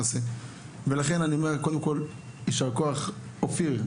עבדנו קשה כדי להגיע לתוצאה שבעיניי היא תוצאה מאוד מאוד חשובה,